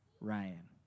Ryan